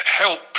help